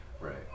Right